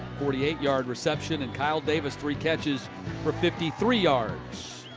forty eight yard reception and kyle davis three catches for fifty three yards.